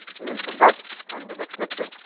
we will come back and the next lecture,